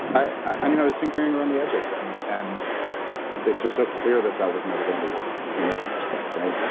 i mean, i was tinkering around the edges and and it's just so clear that that was never going to work in retrospect. right